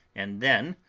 and then,